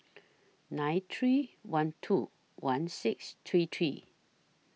nine three one two one six three three